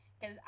cause